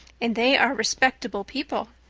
and they are respectable people.